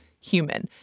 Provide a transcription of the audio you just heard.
human